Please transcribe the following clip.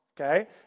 okay